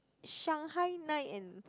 Shanghai night and